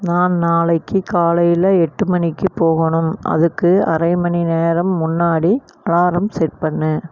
நான் நாளைக்கு காலையில் எட்டு மணிக்கு போகணும் அதுக்கு அரை மணி நேரம் முன்னாடி அலாரம் செட் பண்ணு